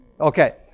Okay